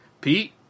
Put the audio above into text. Pete